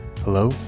Hello